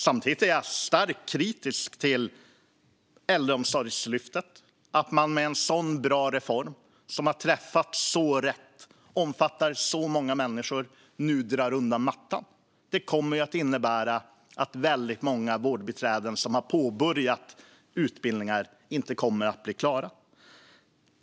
Samtidigt är jag starkt kritisk till att man drar undan mattan för en så bra reform som Äldreomsorgslyftet, som har träffat så rätt och som omfattar så många människor. Det kommer att innebära att väldigt många vårdbiträden som har påbörjat utbildningar inte kommer att bli klara.